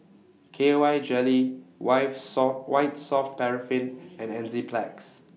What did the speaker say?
K Y Jelly wife Saw White Soft Paraffin and Enzyplex